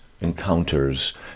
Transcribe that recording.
encounters